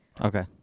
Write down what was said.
Okay